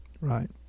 right